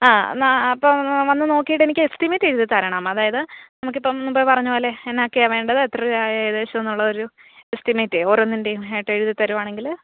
ആ എന്നാൽ അപ്പം വന്ന് നോക്കിയിട്ടെനിക്ക് എസ്റ്റിമേറ്റെഴുതി തരണം അതായത് നമുക്കിപ്പം മുമ്പേ പറഞ്ഞത് പോലെ എന്നാക്കയാണ് വേണ്ടത് എത്ര രൂപയാണ് ഏകദേശം എന്നുള്ളൊരു എസ്റ്റിമേറ്റേ ഓരോന്നിൻറ്റെം ആയിട്ട് എഴുതി തരുവാണെങ്കിൽ